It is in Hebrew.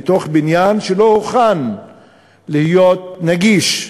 בבניין שלא הוכן להיות נגיש.